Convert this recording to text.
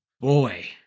boy